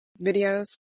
videos